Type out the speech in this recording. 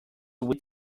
wit